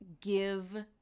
give